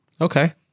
Okay